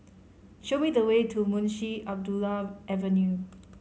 show me the way to Munshi Abdullah Avenue